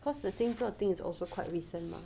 cause the 星座 thing is also quite recent mah